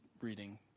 reading